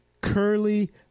curly